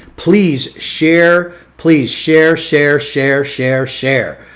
please share. please share, share, share, share, share.